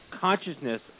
consciousness